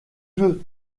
veux